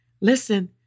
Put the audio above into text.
listen